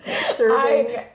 serving